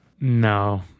No